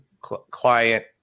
client